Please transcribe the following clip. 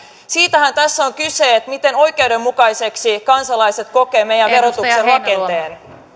siitähän tässä on kyse miten oikeudenmukaiseksi kansalaiset kokevat meidän verotuksen rakenteen